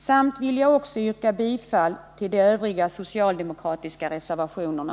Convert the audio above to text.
Jag vill också yrka bifall till de övriga socialdemokratiska reservationerna.